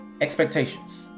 expectations